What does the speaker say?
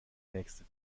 nächste